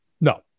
No